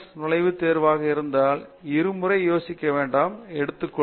S நுழைவுத் தேர்வாக இருந்தால் இருமுறை யோசிக்க வேண்டாம் எடுத்துக்கொள்